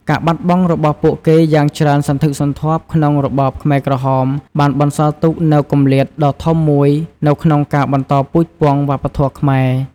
ការបាត់បង់របស់ពួកគេយ៉ាងច្រើនសន្ធឹកសន្ធាប់ក្នុងរបបខ្មែរក្រហម បានបន្សល់ទុកនូវគម្លាតដ៏ធំមួយនៅក្នុងការបន្តពូជពង្សវប្បធម៌ខ្មែរ។